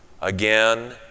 again